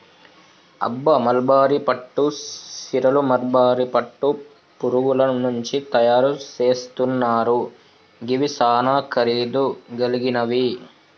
అబ్బ మల్బరీ పట్టు సీరలు మల్బరీ పట్టు పురుగుల నుంచి తయరు సేస్తున్నారు గివి సానా ఖరీదు గలిగినవి